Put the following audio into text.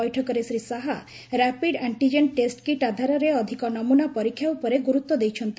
ବୈଠକରେ Shri Shah rapid antigen test kit ଆଧାରରେ ଅଧିକ ନମୁନା ପରୀକ୍ଷା ଉପରେ ଗୁରୁତ୍ୱ ଦେଇଛନ୍ତି